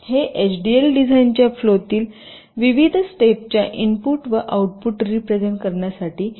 हे एचडीएल डिझाइनच्या फ्लोतील विविध स्टेपच्या इनपुट व आउटपुट रीप्रेझेन्ट करण्यासाठी दोन्ही मार्ग प्रदान करतात